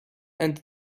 and